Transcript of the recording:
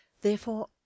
Therefore